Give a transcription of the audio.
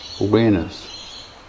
awareness